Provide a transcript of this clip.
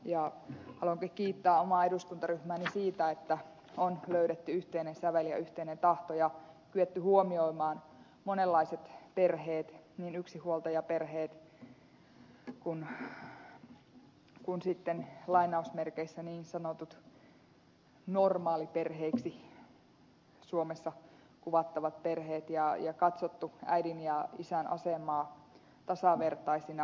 haluankin kiittää omaa eduskuntaryhmääni siitä että on löydetty yhteinen sävel ja yhteinen tahto ja kyetty huomioimaan monenlaiset perheet niin yksinhuoltajaperheet kuin sitten niin sanotut normaaliperheiksi suomessa kuvattavat perheet ja katsottu äidin ja isän asemaa tasavertaisina vanhempina